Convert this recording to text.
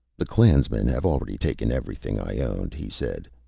the clansmen have already taken everything i owned, he said.